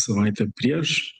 savaitę prieš